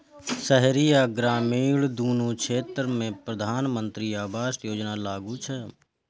शहरी आ ग्रामीण, दुनू क्षेत्र मे प्रधानमंत्री आवास योजना लागू छै